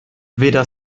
weder